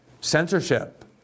censorship